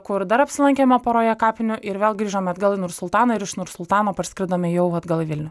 kur dar apsilankėme poroje kapinių ir vėl grįžom atgal į nursultaną ir iš nursultano parskridome jau atgal į vilnių